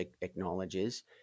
acknowledges